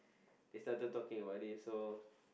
they started talking about it so